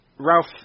Ralph